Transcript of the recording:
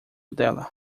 dela